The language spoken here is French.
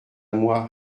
moi